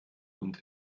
und